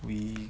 we